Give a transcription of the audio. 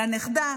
לנכדה,